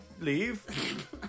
leave